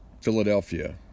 Philadelphia